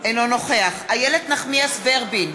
אינו נוכח איילת נחמיאס ורבין,